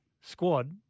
squad